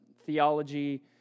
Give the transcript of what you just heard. theology